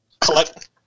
collect